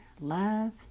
love